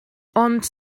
ond